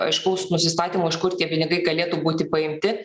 aiškaus nusistatymo iš kur tie pinigai galėtų būti paimti